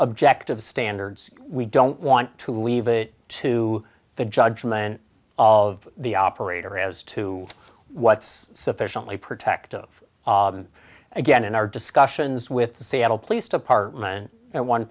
objective standards we don't want to leave to the judgment of the operator as to what's sufficiently protective of again in our discussions with the seattle police department and one